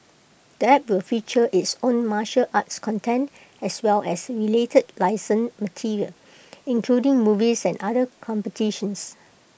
the app will feature its own martial arts content as well as related licensed material including movies and other competitions